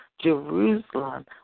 Jerusalem